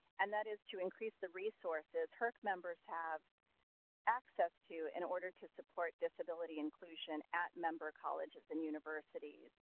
and that is to increase the resources herc members have access to in order to support disability inclusion at member colleges and universities.